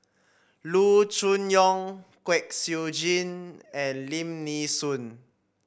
Loo Choon Yong Kwek Siew Jin and Lim Nee Soon